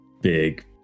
Big